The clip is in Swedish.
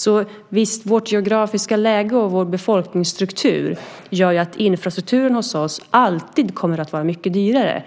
Så visst, vårt geografiska läge och vår befolkningsstruktur gör att infrastrukturen hos oss alltid kommer att vara mycket dyrare.